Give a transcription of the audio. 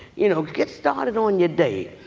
you know, get started on your day.